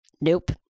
Nope